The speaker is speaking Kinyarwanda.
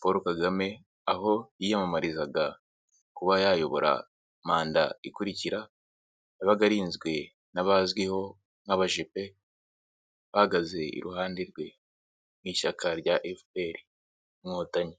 Paul Kagame, aho yiyamamarizaga, kuba yayobora manda ikurikira, yabaga arinzwe n'abazwiho, nk'abajepe, bahagaze iruhande rwe, mu ishyaka rya efuperi inkotanyi.